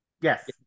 Yes